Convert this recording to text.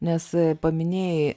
nes paminėjai